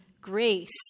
grace